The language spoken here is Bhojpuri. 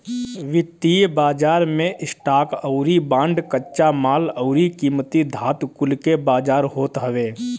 वित्तीय बाजार मे स्टॉक अउरी बांड, कच्चा माल अउरी कीमती धातु कुल के बाजार होत हवे